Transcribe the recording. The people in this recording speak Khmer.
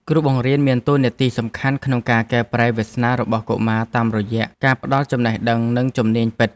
គ្រូបង្រៀនមានតួនាទីសំខាន់ក្នុងការកែប្រែវាសនារបស់កុមារតាមរយៈការផ្តល់ចំណេះដឹងនិងជំនាញពិត។